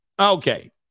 Okay